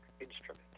instrument